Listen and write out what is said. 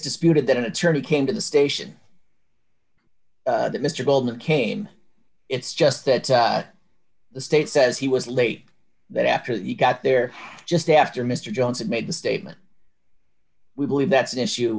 disputed that an attorney came to the station that mr coleman came it's just that the state says he was late that after he got there just after mr jones had made the statement we believe that's an issue